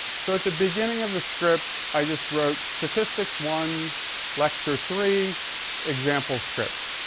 so at the beginning of the script i just wrote statistics one lecture three example script.